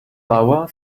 bauer